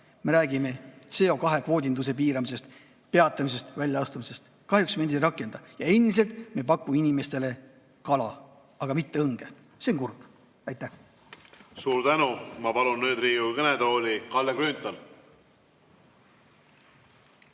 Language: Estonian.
me räägime CO2-kvoodinduse piiramisest, peatamisest, [sellest] väljaastumisest. Kahjuks me neid ei rakenda ja endiselt pakume inimestele kala, aga mitte õnge. See on kurb. Aitäh! Suur tänu! Ma palun nüüd Riigikogu kõnetooli Kalle Grünthali.